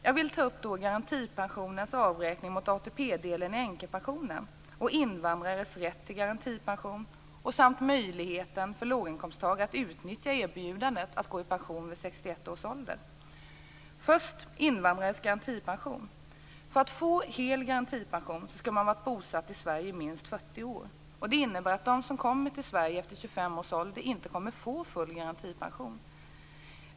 Jag vill ta upp garantipensionens avräkning mot ATP-delen i änkepensionen, invandrades rätt till garantipension samt möjligheten för låginkomsttagare att utnyttja erbjudandet att gå i pension vid 61 års ålder. Först invandrades garantipension. För att få hel garantipension skall man ha varit bosatt i Sverige i minst 40 år. Det innebär att de som kommer till Sverige efter 25 års ålder inte kommer att få full garantipension.